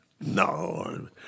No